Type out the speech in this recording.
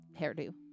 hairdo